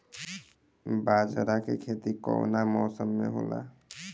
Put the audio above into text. बाजरा के खेती कवना मौसम मे होला?